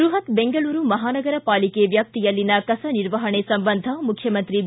ಬೃಹತ್ ಬೆಂಗಳೂರು ಮಹಾನಗರ ಪಾಲಿಕೆ ವ್ಯಾಪ್ತಿಯಲ್ಲಿನ ಕಸ ನಿರ್ವಹಣೆ ಸಂಬಂಧ ಮುಖ್ಯಮಂತ್ರಿ ಬಿ